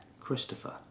Christopher